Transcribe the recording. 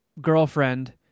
girlfriend